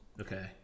okay